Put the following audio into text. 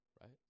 right